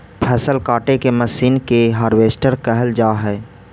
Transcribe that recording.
फसल काटे के मशीन के हार्वेस्टर कहल जा हई